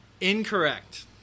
Incorrect